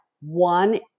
one